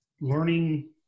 learning